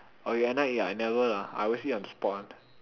orh you at night eat ah I never lah I always eat on the spot one